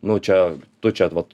nu čia tu čia vat